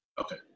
Okay